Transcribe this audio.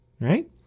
right